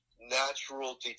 natural